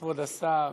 כבוד השר,